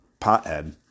pothead